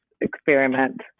experiment